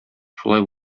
шулай